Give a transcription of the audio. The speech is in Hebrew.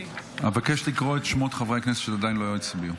אבקש לקרוא בשמות חברי הכנסת שעדיין לא הצביעו.